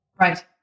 Right